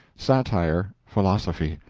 satire, philosophy.